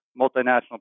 multinational